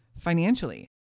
financially